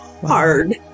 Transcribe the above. hard